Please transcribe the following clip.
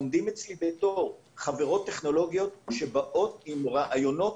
עומדים אצלי בתור חברות טכנולוגיות שבאות עם רעיונות